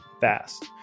fast